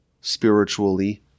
spiritually